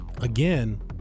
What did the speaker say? Again